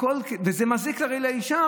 והרי זה מזיק לאישה.